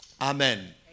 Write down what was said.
amen